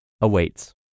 awaits